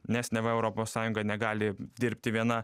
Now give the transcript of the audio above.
nes neva europos sąjunga negali dirbti viena